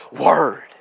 word